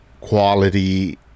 quality